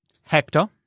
Hector